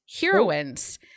heroines